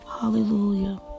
hallelujah